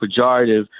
pejorative